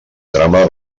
trama